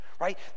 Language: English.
right